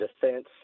defense